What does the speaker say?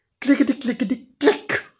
Clickety-clickety-click